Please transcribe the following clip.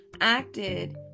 acted